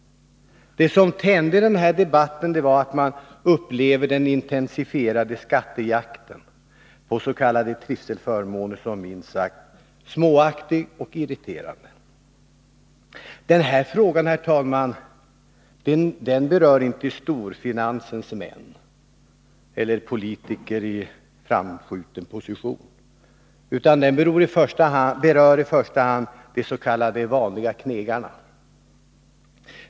Det som tände den här debatten var att man upplevde den intensifierade skattejakten på s.k. trivselförmåner som minst sagt småaktig och irriterande. Herr talman! Den här frågan berör inte storfinansens män eller politiker i framskjuten position, utan den berör i första hand de s.k. vanliga knegarna.